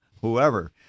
whoever